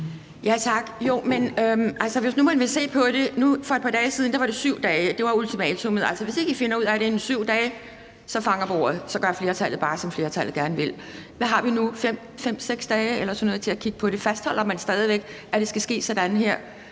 det. Nu var det for et par dage siden 7 dage, og det var ultimatummet, altså at hvis I ikke finder ud af det inden 7 dage, fanger bordet, og så gør flertallet bare, som flertallet gerne vil. Hvad har vi nu? Er det 5-6 dage eller sådan noget, til at kigge på det? Fastholder man stadig væk, at det skal ske sådan her